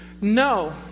No